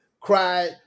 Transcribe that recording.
Cried